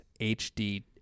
HD